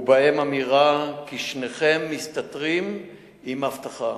ובהם אמירה ש"שניכם מסתתרים עם אבטחה".